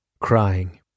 crying